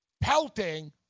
pelting